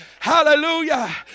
Hallelujah